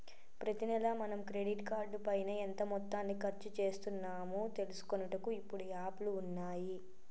ప్రతి నెల మనం క్రెడిట్ కార్డు పైన ఎంత మొత్తాన్ని ఖర్చు చేస్తున్నాము తెలుసుకొనుటకు ఇప్పుడు యాప్లు ఉన్నాయి